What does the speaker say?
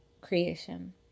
creation